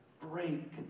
break